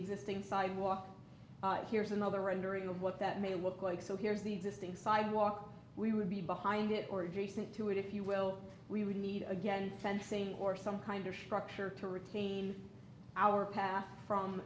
existing sidewalk here's another rendering of what that may look like so here's the existing sidewalk we would be behind it or adjacent to it if you will we would need again fencing or some kind of structure to retain our path from